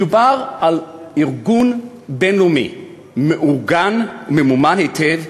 מדובר על ארגון בין-לאומי, מאורגן וממומן היטב,